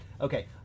Okay